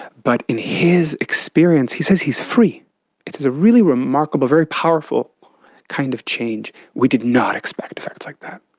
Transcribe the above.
but in his experience he says he is free. it is really remarkable, a very powerful kind of change. we did not expect effects like that.